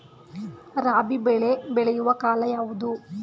ರಾಬಿ ಬೆಳೆ ಬೆಳೆಯುವ ಕಾಲ ಯಾವುದು?